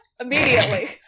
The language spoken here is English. immediately